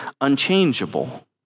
unchangeable